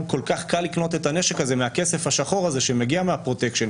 כל כך קל לקנות את הנשק מהכסף השחור הזה שמגיע מהפרוטקשן.